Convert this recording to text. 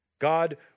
God